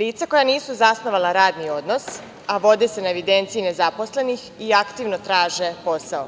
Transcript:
Lica koja nisu zasnovala radni odnos, a vode se na evidenciji nezaposlenih i aktivno traže posao.